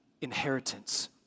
inheritance